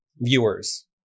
viewers